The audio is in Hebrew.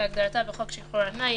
כהגדרתה בחוק שחרור על-תנאי,